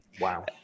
Wow